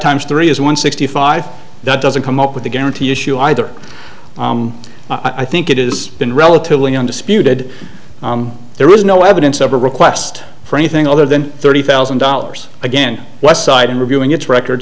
times three is one sixty five that doesn't come up with a guaranteed issue either i think it is been relatively undisputed there was no evidence of a request for anything other than thirty thousand dollars again was citing reviewing its record